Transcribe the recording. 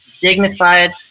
dignified